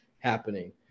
happening